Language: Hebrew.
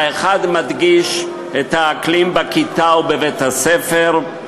האחד מדגיש את האקלים בכיתה ובבית-הספר,